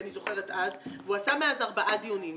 אני זוכרת אז, והוא עשה מאז ארבעה דיונים.